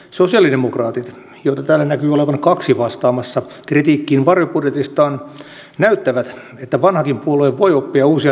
sosialidemokraatit joita täällä näkyy olevan kaksi vastaamassa kritiikkiin varjobudjetistaan näyttävät että vanhakin puolue voi oppia uusia temppuja